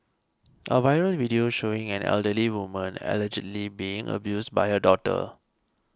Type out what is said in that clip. a viral video showing an elderly woman allegedly being abused by her daughter